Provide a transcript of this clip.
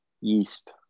Yeast